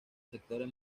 sectores